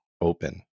open